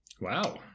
Wow